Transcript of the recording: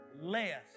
less